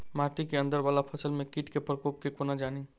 माटि केँ अंदर वला फसल मे कीट केँ प्रकोप केँ कोना जानि?